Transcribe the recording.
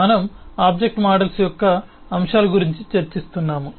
మనం object models యొక్క అంశాల గురించి చర్చిస్తున్నాము